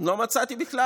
לא מצאתי בכלל,